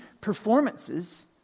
performances